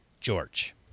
George